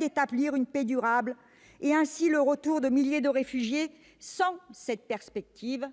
d'établir une paix durable et ainsi de permettre le retour de milliers de réfugiés. Sans cette perspective,